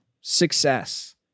success